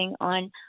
on